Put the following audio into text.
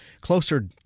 closer